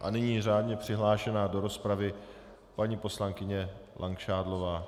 A nyní řádně přihlášená do rozpravy paní poslankyně Langšádlová.